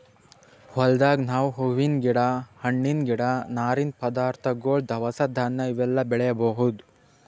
ಹೊಲ್ದಾಗ್ ನಾವ್ ಹೂವಿನ್ ಗಿಡ ಹಣ್ಣಿನ್ ಗಿಡ ನಾರಿನ್ ಪದಾರ್ಥಗೊಳ್ ದವಸ ಧಾನ್ಯ ಇವೆಲ್ಲಾ ಬೆಳಿಬಹುದ್